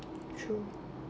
true